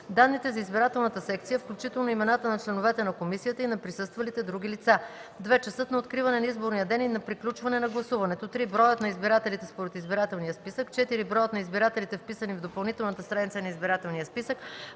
данните за избирателната секция, включително имената на членовете на комисията и на присъствалите други лица; 2. часът на откриване на изборния ден и на приключване на гласуването; 3. броят на избирателите според избирателния списък; 4. броят на избирателите, вписани в допълнителната страница на избирателния списък;